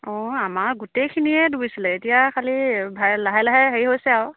অঁ আমাৰ গোটেইখিনিয়ে ডুবিছিলে এতিয়া খালি ভা লাহে লাহে হেৰি হৈছে আৰু